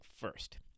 first